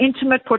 intimate